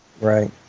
Right